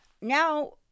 Now